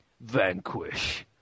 Vanquish